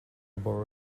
borrow